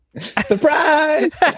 Surprise